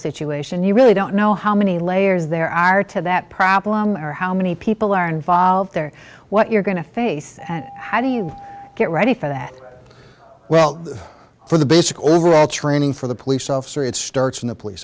situation you really don't know how many layers there are to that problem or how many people are involved there what you're going to face how do you get ready for that well for the basic overall training for the police officer it's starts in the police